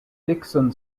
dickson